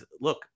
look